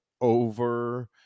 over